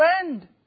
friend